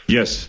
Yes